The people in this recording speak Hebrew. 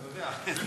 אתה יודע.